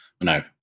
No